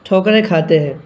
ٹھوکریں کھاتے ہیں